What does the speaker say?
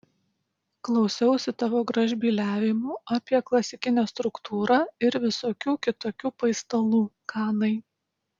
klausiausi tavo gražbyliavimų apie klasikinę struktūrą ir visokių kitokių paistalų kanai